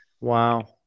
Wow